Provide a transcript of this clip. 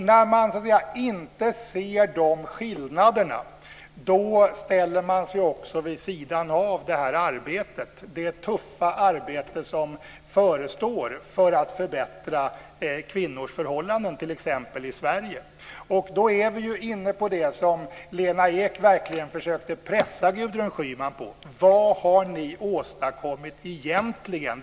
När man inte ser dessa skillnader då ställer man sig också vid sidan av detta arbete, det tuffa arbete som förestår för att förbättra kvinnors förhållanden t.ex. i Sverige. Och då är vi ju inne på det som Lena Ek verkligen försökte pressa Gudrun Schyman på, nämligen vad ni egentligen har åstadkommit.